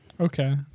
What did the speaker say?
Okay